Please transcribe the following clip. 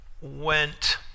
went